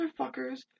motherfuckers